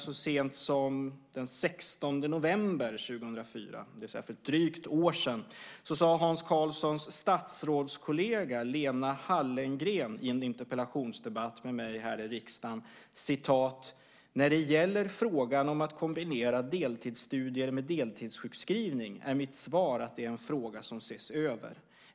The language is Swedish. Så sent som den 16 november 2004, det vill säga för ett drygt år sedan, sade Hans Karlssons statsrådskollega Lena Hallengren i en interpellationsdebatt med mig här i riksdagen: När det gäller frågan om att kombinera deltidsstudier med deltidssjukskrivning är mitt svar att det är en fråga som ses över.